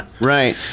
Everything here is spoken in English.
Right